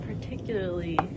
particularly